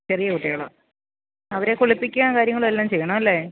ചെറിയ കുട്ടികളാണ് അവരെ കുളിപ്പിക്കാന് കാര്യങ്ങളും എല്ലാം ചെയ്യണം അല്ലേ